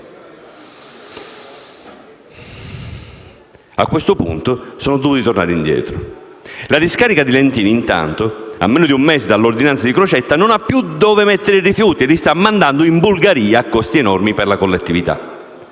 chiusi e sono dovuti tornare indietro. La discarica di Lentini, intanto, a meno di un mese dall’ordinanza del presidente Crocetta, non ha più dove mettere i rifiuti e li sta mandando in Bulgaria, a costi enormi per la collettività.